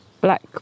black